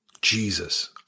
Jesus